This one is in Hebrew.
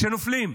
כשנופלים.